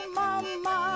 mama